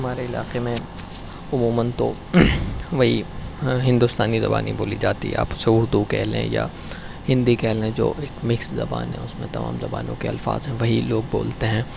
ہمارے علاقے میں عموماً تو وہی ہندوستانی زبانیں بولی جاتی آپ اسے اردو کہہ لیں یا ہندی کہہ لیں جو ایک مکس زبان ہے اس میں تمام زبانوں کے الفاظ ہیں وہی لوگ بولتے ہیں